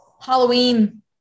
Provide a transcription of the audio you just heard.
*Halloween*